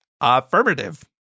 Affirmative